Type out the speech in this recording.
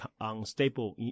unstable